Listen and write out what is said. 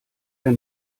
der